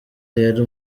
yari